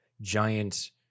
giant